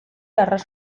arras